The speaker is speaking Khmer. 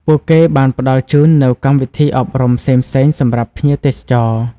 ពួកគេបានផ្តល់ជូននូវកម្មវិធីអប់រំផ្សេងៗសម្រាប់ភ្ញៀវទេសចរ។